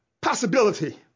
possibility